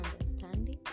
understanding